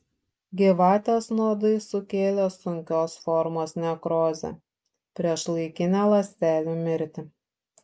gyvatės nuodai sukėlė sunkios formos nekrozę priešlaikinę ląstelių mirtį